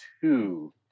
two